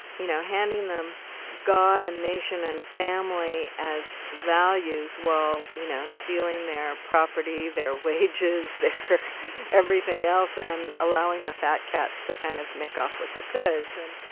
you know, handing them god and nation and family as values while, you know, stealing their property, their wages, their everything else and allowing the fat cats to kind of make off with the goods, and.